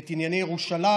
ואת ענייני ירושלים,